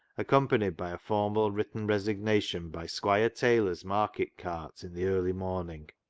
accompanied by a formal written resignation, by squire taylor's market cart in the early morning.